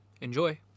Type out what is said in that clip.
Enjoy